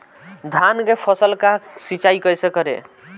धान के फसल का सिंचाई कैसे करे?